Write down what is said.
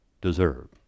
deserve